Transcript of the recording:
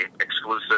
exclusive